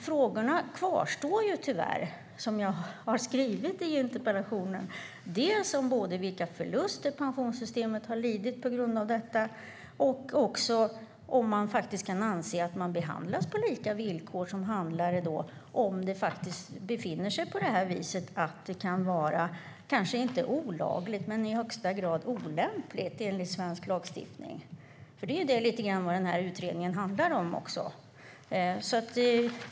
Frågorna som jag har skrivit i interpellationen kvarstår tyvärr - dels vilka förluster pensionssystemet har lidit på grund av detta, dels om man verkligen kan anse att handlare behandlas på lika villkor om det befinner sig på det här viset och kanske är om inte olagligt så i alla fall högsta grad olämpligt enligt svensk lagstiftning. Det är lite grann det som den här utredningen handlar om.